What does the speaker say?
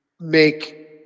make